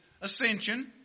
ascension